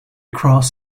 cross